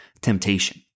temptation